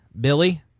Billy